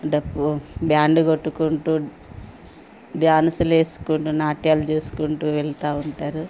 డప్పు బ్యాండ్ కొట్టుకుంటూ డాన్స్లు వేసుకుంటూ నాట్యాలు చేసుకుంటూ వెళ్తూ ఉంటారు